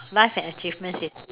life and achievement sys~